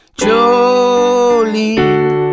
Jolene